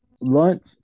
lunch